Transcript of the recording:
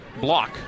block